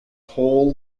whole